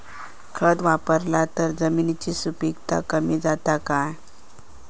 खत वापरला तर जमिनीची सुपीकता कमी जाता काय?